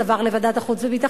הנושא עבר לוועדת החוץ והביטחון,